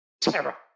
terror